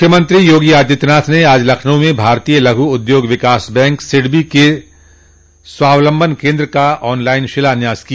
मुख्यमंत्री योगी आदित्यनाथ ने आज लखनऊ में भारतीय लघु उद्योग विकास बैंक सिडबो के स्वावलम्बन केन्द्र का आन लाइन शिलान्यास किया